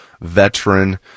veteran